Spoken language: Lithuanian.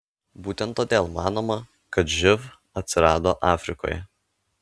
būtent todėl manoma kad živ atsirado afrikoje